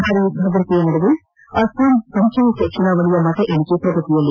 ಭಾರೀ ಭದ್ರತೆ ನಡುವೆ ಅಸ್ಸಾಂ ಪಂಚಾಯತ್ ಚುನಾವಣೆಯ ಮತ ಎಣಿಕೆ ಪ್ರಗತಿಯಲ್ಲಿ